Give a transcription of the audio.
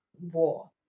war